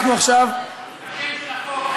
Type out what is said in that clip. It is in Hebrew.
השם של החוק.